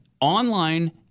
online